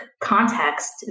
context